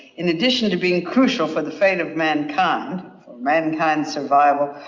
in addition to being crucial for the fate of mankind, for mankind's survival,